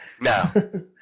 No